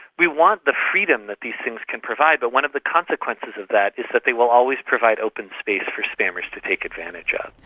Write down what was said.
we want the freedom that these things can provide, but one of the consequences of that is that they will always provide open space for spammers to take advantage of.